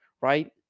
right